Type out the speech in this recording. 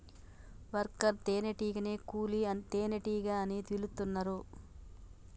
worker తేనే టీగనే కూలీ తేనెటీగ అని పిలుతున్నరు